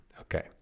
Okay